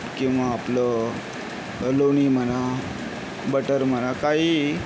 किंवा आपलं लोणी म्हणा बटर म्हणा काहीही